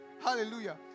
Hallelujah